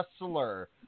wrestler